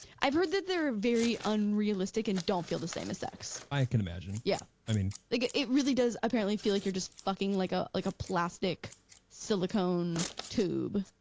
i've heard that they're very unrealistic and don't feel the same as sex. i can imagine. yeah, i mean like ah it really does apparently feel like you're just fucking like ah like a plastic silicone tube.